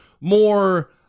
more